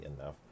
enough